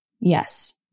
Yes